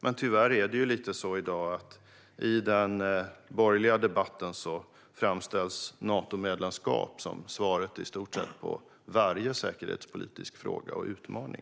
Men tyvärr är det i dag lite grann på det sättet att Natomedlemskap i den borgerliga debatten framställs som svaret på i stort sett varje säkerhetspolitisk fråga och utmaning.